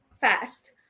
fast